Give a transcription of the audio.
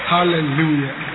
Hallelujah